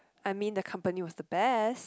I mean the company was the best